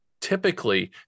Typically